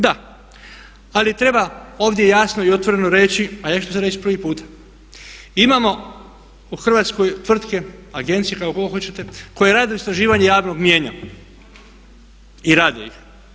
Da, ali treba ovdje jasno i otvoreno reći, a ja ću sad reći prvi puta imamo u Hrvatskoj tvrtke, agencije, kako god hoćete koje rade istraživanje javnog mnijenja i rade ih.